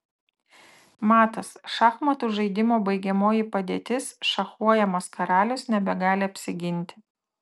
matas šachmatų žaidimo baigiamoji padėtis šachuojamas karalius nebegali apsiginti